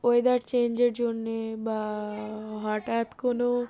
weather চেঞ্জের জন্যে বা হঠাৎ কোনো